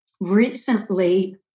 Recently